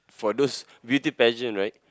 for those beauty pageant right